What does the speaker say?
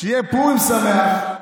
שיהיה פורים שמח,